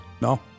No